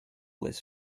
this